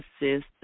assist